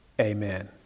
Amen